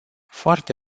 foarte